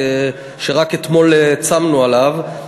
שרק אתמול צמנו עליו,